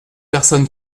personne